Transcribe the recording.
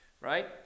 right